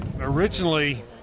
originally